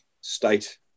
state